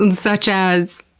and such as?